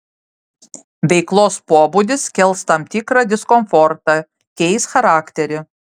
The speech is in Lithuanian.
veiklos pobūdis kels tam tikrą diskomfortą keis charakterį